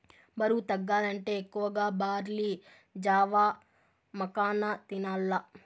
బరువు తగ్గాలంటే ఎక్కువగా బార్లీ జావ, మకాన తినాల్ల